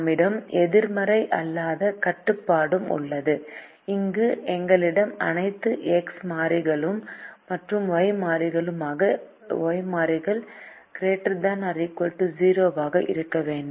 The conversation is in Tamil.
நம்மிடம் எதிர்மறை அல்லாத கட்டுப்பாடும் உள்ளது அங்கு எங்களிடம் அனைத்து எக்ஸ் மாறிகள் மற்றும் Y மாறிகள் ≥ 0 ஆக இருக்க வேண்டும்